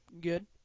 good